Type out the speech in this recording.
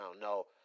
No